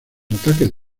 ataques